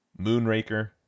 Moonraker